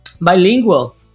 bilingual